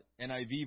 NIV